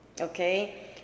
Okay